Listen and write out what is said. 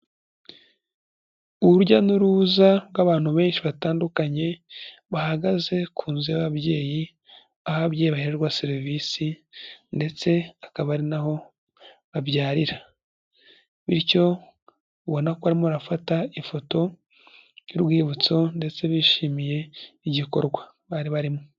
Urujya n'uruza rw'abantu benshi batandukanye bahagaze ku nzu y'ababyeyi aho ababyeyi baherwa serivisi ndetse akaba ari na babyarira. Bityo urabona koramo arafata ifoto y'urwibutso ndetse bishimiye igikorwa bari barimo